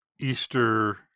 Easter